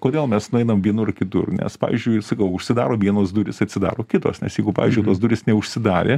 kodėl mes nueinam vienur ar kitur nes pavyzdžiui sakau užsidaro vienos durys atsidaro kitos nes jeigu pavyzdžiui tos durys neužsidarė